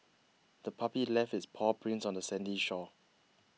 the puppy left its paw prints on the sandy shore